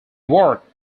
worked